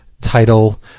title